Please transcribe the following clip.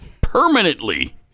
permanently